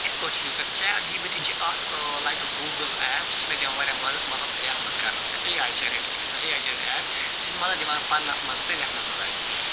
یِتھ پٲٹھۍ چھِ یُس زَن چیٹ جی بی ٹی چھِ اکھ لایک آف گوٗگل ایپ سُہ چھِ مےٚ دِوان واریاہ مدتھ مَطلَب یتھ مَنٛز کرنَس یہِ چھےٚ A I generated A I generated app یہِ چھِ اَسہِ مَدَتھ دِوان پَرنَس مَنٛز تہِ لٮ۪کھنَس مَنٛز اَسہِ